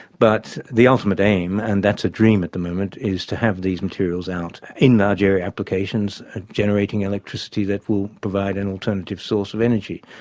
but the ultimate aim, and that's a dream at the moment, is to have these materials out in large area applications generating electricity that will provide an alternative source of energy.